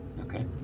Okay